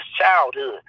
childhood